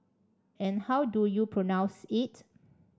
and how do you pronounce it